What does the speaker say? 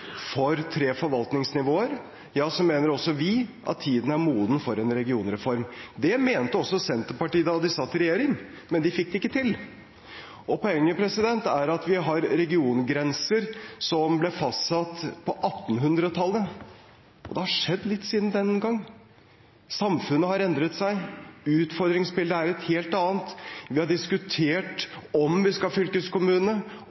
for tre forvaltningsnivåer, mener også vi at tiden er moden for en regionreform. Det mente også Senterpartiet da de satt i regjering, men de fikk det ikke til. Poenget er at vi har regiongrenser som ble fastsatt på 1800-tallet. Det har skjedd litt siden den gang. Samfunnet har endret seg, utfordringsbildet er et helt annet. Vi har